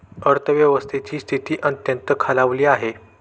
अर्थव्यवस्थेची स्थिती अत्यंत खालावली आहे